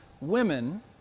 women